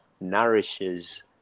nourishes